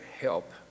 help